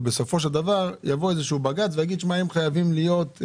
ובסופו של דבר יגיד בג"ץ שהם חייבים להיות,